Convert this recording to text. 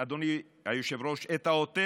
אדוני היושב-ראש, את העוטף,